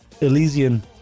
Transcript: Elysian